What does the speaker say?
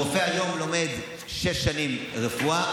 רופא היום לומד שש שנים רפואה,